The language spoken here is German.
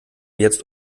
jetzt